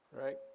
right